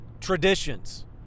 traditions